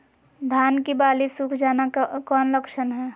धान की बाली सुख जाना कौन लक्षण हैं?